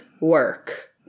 work